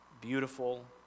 beautiful